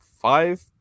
five